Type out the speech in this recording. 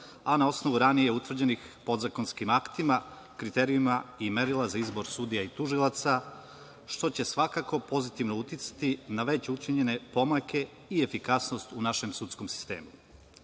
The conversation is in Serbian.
a na osnovu ranije utvrđenih podzakonskih akata, kriterijuma i merila za izbor sudija i tužilaca, što će svakako pozitivno uticati na već učinjene pomake i efikasnost u našem sudskom sistemu.Međutim,